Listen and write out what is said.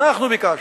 אנחנו ביקשנו.